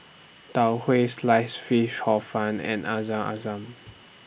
Tau Huay Sliced Fish Hor Fun and Air Zam Zam